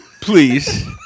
Please